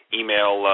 email